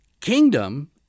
kingdom